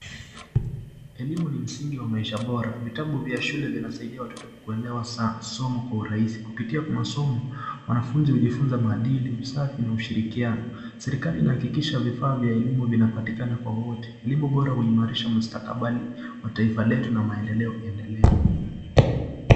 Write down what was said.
Elimu ni msingi wa maisha bora vitabu vya shule vinasaidia watoto kuelewa somo kwa urahisi kupitia kwa masomo wanafunzi hujifunza maadili usafi na ushirikiano. Serikali inahakikisha vifaa vya elimu vinapatikana kwa wote elimu bora huimarisha mustakabadhi wa taifa letu na maendeleo.